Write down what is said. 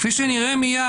כפי שנראה מייד,